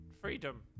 freedom